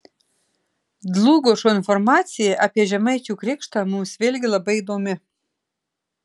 dlugošo informacija apie žemaičių krikštą mums vėlgi labai įdomi